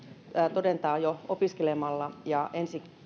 todentaa opiskelemalla ja ensi